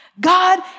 God